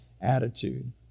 attitude